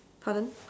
pardon